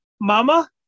Mama